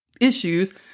issues